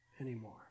anymore